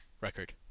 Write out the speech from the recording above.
record